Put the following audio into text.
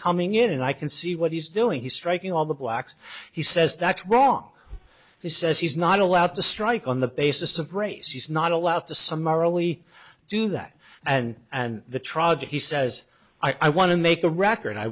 coming in and i can see what he's doing he's striking all the blacks he says that's wrong he says he's not allowed to strike on the basis of race he's not allowed to summarily do that and and the trial judge he says i want to make a record i